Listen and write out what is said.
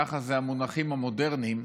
ככה זה במונחים המודרניים,